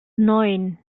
neun